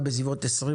והתחבורה.